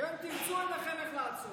גם אם תרצו, אין לכם איך לעצור.